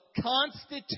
constitute